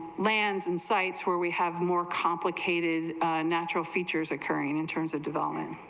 lands and sites where we have more complicated financial features occurring in terms of development